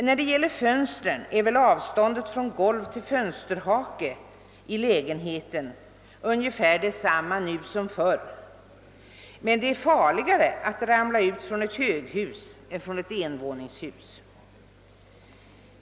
När det gäller fönstren är väl avståndet från golv till fönsterhake i lägenheten ungefär detsamma nu som förr, men det är farligare att ramla ut från ett höghus än från ett envåningshus.